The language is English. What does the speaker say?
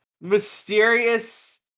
mysterious